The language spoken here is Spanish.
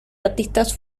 artistas